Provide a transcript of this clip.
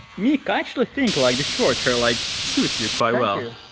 we actually think like the short hair like suits you quite well,